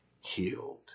healed